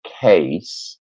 case